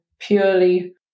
purely